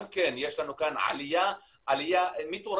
יש לנו כאן עלייה מטורפת,